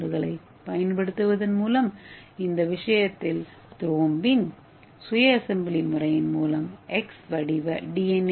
ஏ துண்டுகளைப் பயன்படுத்துவதன் மூலம் இந்த விஷயத்தில் த்ரோம்பின் சுய அசெம்பிளி செயல்முறையின் மூலம் எக்ஸ் வடிவ டி